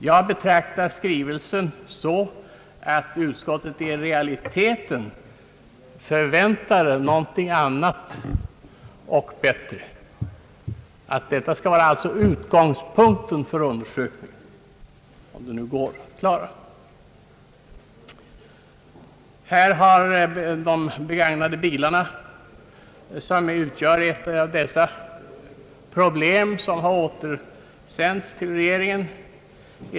Jag betraktar riksdagsskrivelsen så att utskottet i realiteten förväntar sig någonting annat och bättre. Detta skall alltså vara utgångspunkten för undersökningen — om det nu går att klara. De begagnade bilarna utgör ett av de svårbemästrade problem som har återsänts till regeringen.